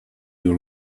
you